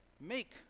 make